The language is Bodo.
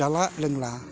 जाला लोंला